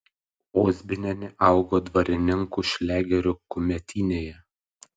ozbinienė augo dvarininkų šliagerių kumetynėje